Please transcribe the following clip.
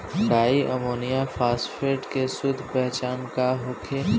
डाई अमोनियम फास्फेट के शुद्ध पहचान का होखे?